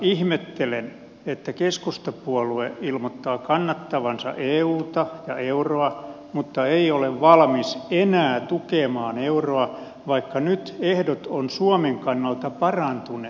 ihmettelen että keskustapuolue ilmoittaa kannattavansa euta ja euroa mutta ei ole valmis enää tukemaan euroa vaikka nyt ehdot ovat suomen kannalta parantuneet